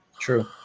True